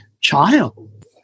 child